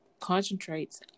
concentrates